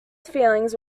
feelings